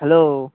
hello